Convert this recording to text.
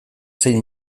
zein